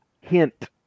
hint